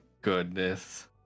goodness